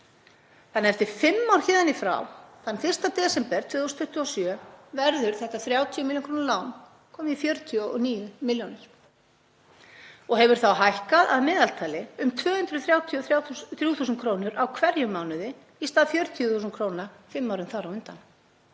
um. Eftir fimm ár héðan í frá, þann 1. desember 2027, verður þetta 30 milljóna lán komið í 49 milljónir og hefur þá hækkað að meðaltali um 233.000 kr. á hverjum mánuði í stað 40.000 kr. fimm árin þar á undan.